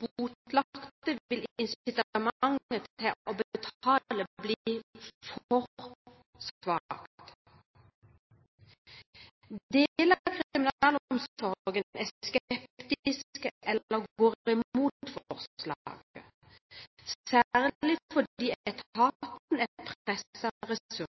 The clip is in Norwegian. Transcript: botlagte ville incitamentet til å betale bli for svakt. Deler av kriminalomsorgen er skeptiske eller går imot forslaget, særlig fordi etaten er